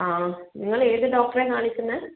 ആ നിങ്ങളേത് ഡോക്ടറെയാണ് കാണിക്കുന്നത്